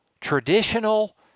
traditional